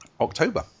october